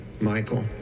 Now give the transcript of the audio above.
Michael